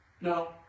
No